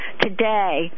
today